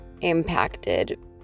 impacted